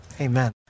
Amen